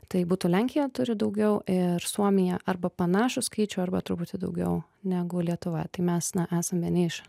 tai būtų lenkija turi daugiau ir suomija arba panašų skaičių arba truputį daugiau negu lietuva tai mes na esam vieni iš